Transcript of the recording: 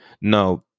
Now